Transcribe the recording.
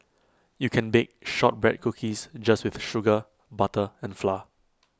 you can bake Shortbread Cookies just with sugar butter and flour